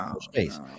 space